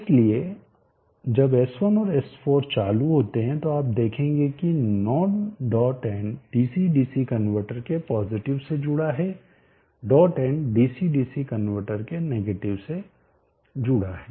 इसलिए जब S1और S4 चालू होते हैं तो आप देखेंगे कि non dot end DC DC converter के पॉजिटिव से जुड़ा है dot end DC DC converter के नेगेटिव से जुड़ा है